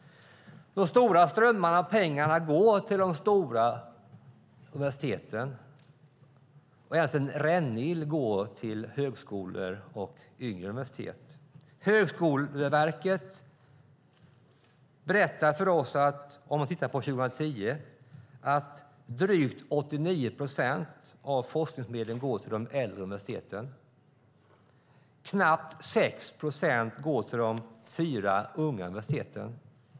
De stora strömmarna av pengar går till de stora universiteten. Endast en rännil går till högskolor och yngre universitet. Högskoleverket har berättat för oss att 2010 gick drygt 89 procent av forskningsmedlen till de äldre universiteten. Knappt 6 procent gick till de fyra unga universiteten.